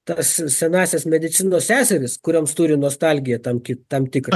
tas senąsias medicinos seseris kurioms turi nostalgiją tam kit tam tikrą